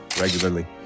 regularly